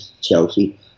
Chelsea